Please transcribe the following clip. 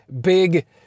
big